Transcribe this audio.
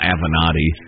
Avenatti